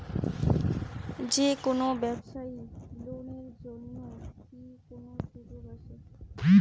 যে কোনো ব্যবসায়ী লোন এর জন্যে কি কোনো সুযোগ আসে?